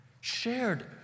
shared